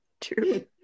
True